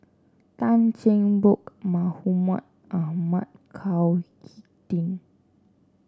Tan Cheng Bock Mahmud Ahmad Chao HicK Tin